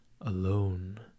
alone